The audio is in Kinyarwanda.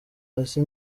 hasi